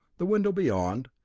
the window beyond,